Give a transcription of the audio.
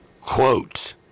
quote